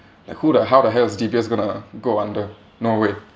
like who the how the hell is D_B_S going to go under no way